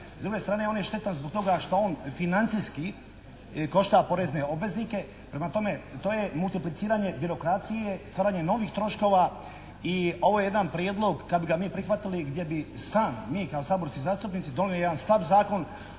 druge strane on je štetan što on financijski košta porezne obveznike, prema tome to je multipliciranje birokracije, stvaranje novih troškova a ovo je jedan prijedlog kad bi ga mi prihvatili gdje bi sam, mi kao saborski zastupnici donijeli jedan slab zakon.